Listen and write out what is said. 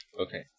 Okay